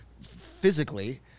physically